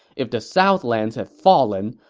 if the southlands had fallen,